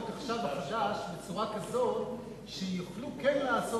החדש עכשיו בצורה כזו שיוכלו כן לעשות